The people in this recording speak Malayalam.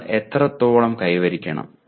നിങ്ങൾ എത്രത്തോളം കൈവരിക്കണം